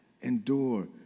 endure